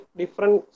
different